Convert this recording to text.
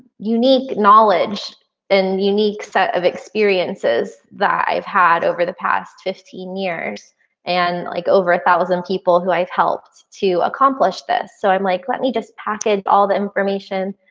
unique knowledge and unique set of experiences that i've had over the past fifteen years and like over a thousand people who i've helped to accomplish this. so i'm like, let me just package package all the information,